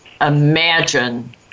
imagine